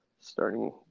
starting